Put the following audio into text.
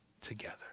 together